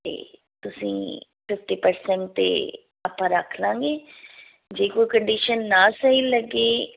ਅਤੇ ਤੁਸੀਂ fifty percent 'ਤੇ ਆਪਾਂ ਰੱਖਲਾਂਗੇ ਜੇ ਕੋਈ ਕੰਡੀਸ਼ਨ ਨਾ ਸਹੀ ਲੱਗੀ